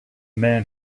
man